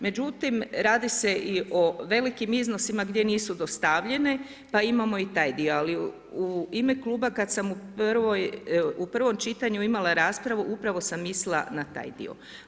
Međutim, radi se i o velikim iznosima gdje nisu dostavljene, pa imamo i taj dio, ali u ime kluba kad sam u prvom čitanju imala raspravu, upravo sam mislila na taj dio.